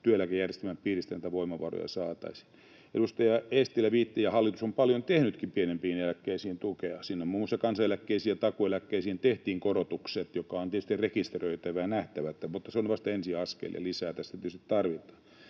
työeläkejärjestelmän piiristä näitä voimavaroja. Hallitus on paljon tehnytkin pienempiin eläkkeisiin tukea; sinne muun muassa kansaneläkkeisiin ja takuueläkkeiseen tehtiin korotukset, ja se on tietysti rekisteröitävä ja nähtävä, mutta se on vasta ensiaskel, ja lisää tietysti tarvitaan.